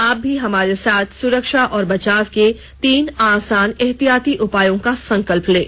आप भी हमारे साथ सुरक्षा और बचाव के तीन आसान एहतियाती उपायों का संकल्प लें